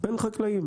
אז צריך להגיד.